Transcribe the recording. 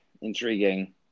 intriguing